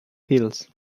heels